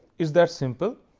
is that simple.